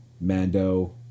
Mando